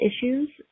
issues